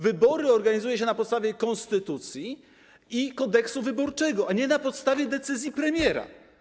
Wybory organizuje się na podstawie konstytucji i Kodeksu wyborczego, a nie na podstawie decyzji premiera.